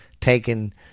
taken